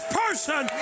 person